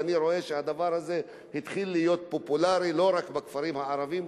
ואני רואה שהדבר הזה התחיל להיות פופולרי לא רק בכפרים הערביים,